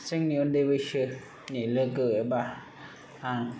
जोंनि उन्दै बैसोनि लोगो एबा आं